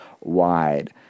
wide